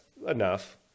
enough